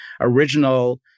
original